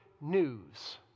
news